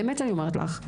באמת אני אומרת לך,